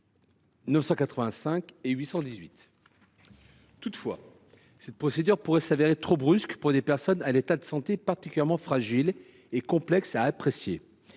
Toutefois, la procédure prévue pourrait se révéler trop brusque pour des personnes à l’état de santé particulièrement fragile et complexe à apprécier.